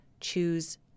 Choose